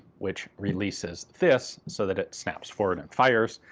which releases this so that it snaps forward and fires.